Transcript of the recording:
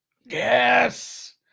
Yes